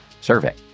survey